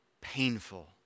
painful